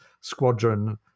squadron